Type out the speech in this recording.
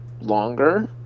longer